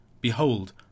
Behold